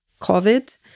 covid